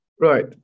right